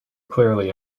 clearly